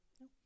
No